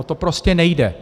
To prostě nejde.